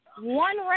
one